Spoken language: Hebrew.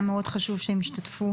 היה מאוד חשוב שהם ישתתפו,